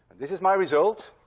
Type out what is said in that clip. this is my result,